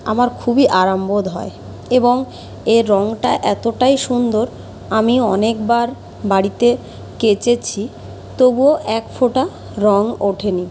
আমার খুবই আরামবোধ হয় এবং এর রঙটা এতটাই সুন্দর আমি অনেকবার বাড়িতে কেচেছি তবুও একফোঁটা রঙ ওঠে নি